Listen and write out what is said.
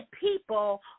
people